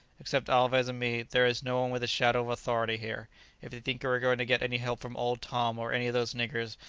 except alvez and me, there is no one with a shadow of authority here if you think you are going to get any help from old tom or any of those niggers,